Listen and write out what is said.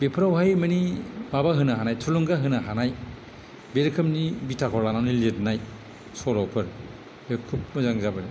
बेफोरावहाय मानि माबा होनो हानाय थुलुंगा होनो हानाय बे रोखोमनि बिथाखौ लानानै लिरनाय सल'फोर बे खुब मोजां जाबाय